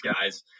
guys